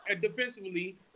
defensively